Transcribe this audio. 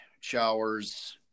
showers